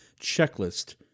checklist